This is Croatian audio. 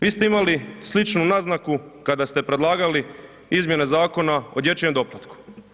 Vi ste imali sličnu naznaku kad ste predlagali izmjena Zakona o dječjem doplatku.